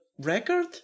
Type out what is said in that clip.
record